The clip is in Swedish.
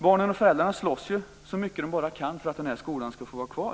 Barnen och föräldrarna slåss så mycket som de bara kan för att den här skolan ska få vara kvar.